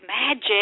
magic